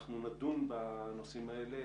נדון בנושאים האלה.